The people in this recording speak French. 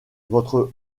votre